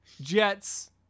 Jets